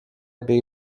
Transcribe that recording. bei